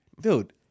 Dude